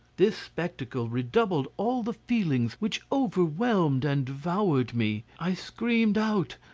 this spectacle redoubled all the feelings which overwhelmed and devoured me. i screamed out,